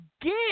get